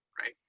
right